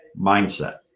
mindset